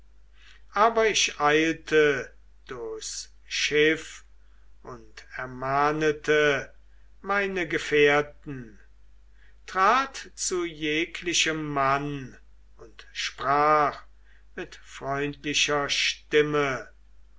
aber ich eilte durchs schiff und ermahnete meine gefährten trat zu jeglichem mann und sprach mit freundlicher stimme